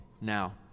now